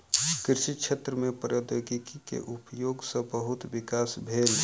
कृषि क्षेत्र में प्रौद्योगिकी के उपयोग सॅ बहुत विकास भेल